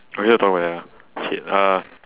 I need to talk like that ah shit uh